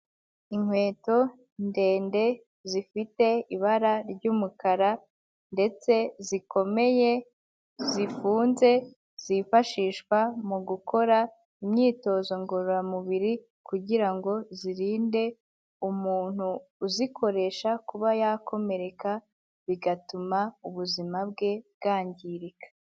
Inkweto ndende zifite ibara ry'umukara ndetse zikomeye, zifunze, zifashishwa mu gukora imyitozo ngororamubiri kugira ngo zirinde umuntu uzikoresha kuba yakomereka bigatuma ubuzima bwe bwangirika.